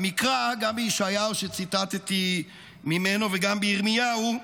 במקרא, גם בישעיהו שציטטתי ממנו וגם בירמיהו,